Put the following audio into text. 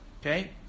Okay